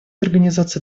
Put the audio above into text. организации